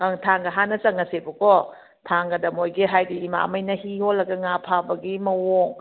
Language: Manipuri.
ꯑꯪ ꯊꯥꯡꯒ ꯍꯥꯟꯅ ꯆꯪꯉꯁꯦꯕꯀꯣ ꯊꯥꯡꯒꯗ ꯃꯣꯏꯒꯤ ꯍꯥꯏꯗꯤ ꯏꯃꯥꯉꯩꯅ ꯍꯤ ꯍꯣꯜꯂꯒ ꯉꯥ ꯐꯥꯕꯒꯤ ꯃꯑꯣꯡ